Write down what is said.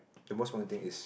the most important thing is